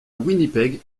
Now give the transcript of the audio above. winnipeg